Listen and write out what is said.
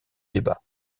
débat